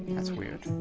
that's weird.